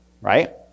right